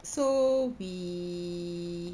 so we